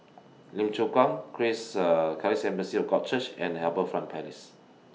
Lim Chu Kang Chris Charis Assembly of God Church and HarbourFront Palace